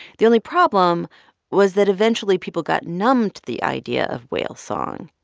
the only problem was that eventually people got numb to the idea of whale song.